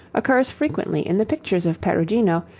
occurs frequently in the pictures of perugino,